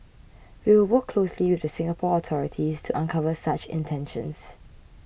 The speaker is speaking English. we will work closely with the Singapore authorities to uncover such intentions